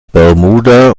bermuda